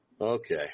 Okay